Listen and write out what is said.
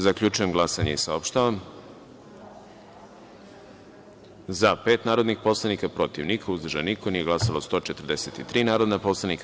Zaključujem glasanje i saopštavam: za – pet narodnih poslanika, protiv – niko, uzdržan – niko, nije glasalo 143 narodnih poslanika.